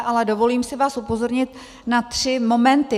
Ale dovolím si vás upozornit na tři momenty.